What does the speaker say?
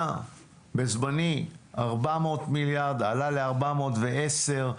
היה בזמני 400 מיליארד, עלה ל-410,